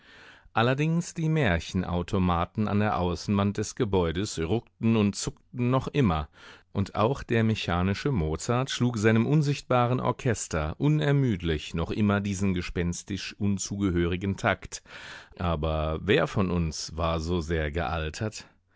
allerdings die märchenautomaten an der außenwand des gebäudes ruckten und zuckten noch immer und auch der mechanische mozart schlug seinem unsichtbaren orchester unermüdlich noch immer diesen gespenstisch unzugehörigen takt aber wer von uns war so sehr gealtert